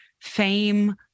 fame